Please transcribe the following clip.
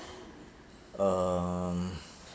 um